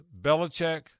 Belichick